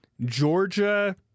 georgia